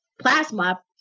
plasma